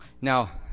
Now